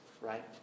right